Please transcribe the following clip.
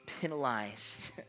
penalized